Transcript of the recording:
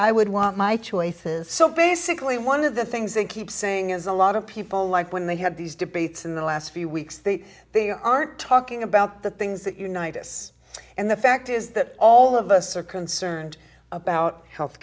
i would want my choices so basically one of the things they keep saying is a lot of people like when they have these debates in the last few weeks that they aren't talking about the things that unite us and the fact is that all of us are concerned about health